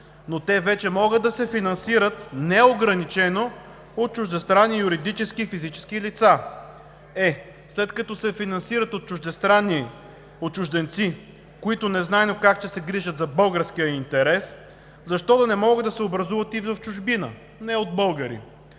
но те вече могат да се финансират неограничено от чуждестранни юридически и физически лица. Е, след като се финансират от чужденци, които незнайно как ще се грижат за българския интерес, защо да не могат да се образуват и в чужбина не от българи?!